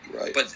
Right